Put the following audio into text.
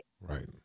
Right